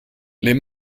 les